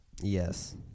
yes